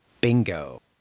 Bingo